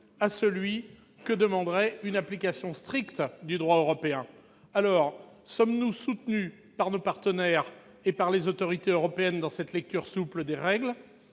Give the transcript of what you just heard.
à celui que demanderait une application stricte du droit européen. Sommes-nous soutenus par nos partenaires et par les autorités européennes dans cette lecture souple des règles ?